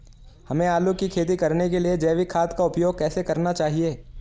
हमें आलू की खेती करने के लिए जैविक खाद का उपयोग कैसे करना चाहिए?